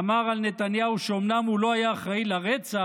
אמר על נתניהו שאומנם הוא לא היה אחראי לרצח